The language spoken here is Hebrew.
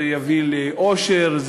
זה יביא לאושר,